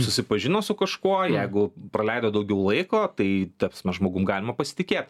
susipažino su kažkuo jeigu praleido daugiau laiko tai ta prasme žmogum galima pasitikėt